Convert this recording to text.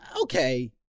okay